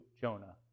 Jonah